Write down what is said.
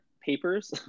papers